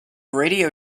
radio